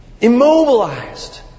immobilized